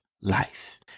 life